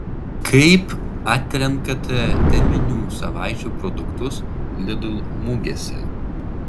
kaip atrenkate teminių savaičių produktus lidl mugėse